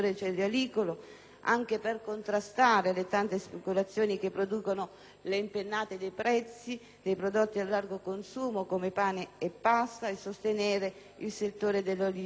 anche per contrastare le tante speculazioni che producono le impennate dei prezzi dei prodotti a largo consumo, come pane e pasta, e sostenere il settore dell'olivicoltura.